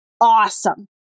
Awesome